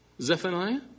Zephaniah